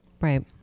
Right